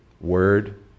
word